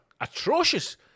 atrocious